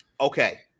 Okay